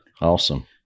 Awesome